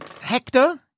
Hector